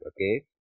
okay